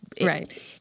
Right